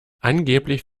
angeblich